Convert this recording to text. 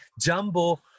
jumbo